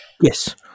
yes